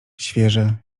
świeże